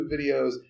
videos